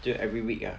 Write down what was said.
就 every week ah